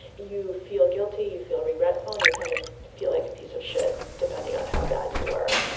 you feel guilty, you feel regretful and you kind of feel like a piece of shit depending on how bad you are.